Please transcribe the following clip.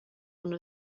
one